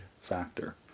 factor